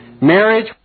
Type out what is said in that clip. Marriage